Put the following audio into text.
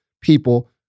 people